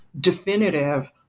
definitive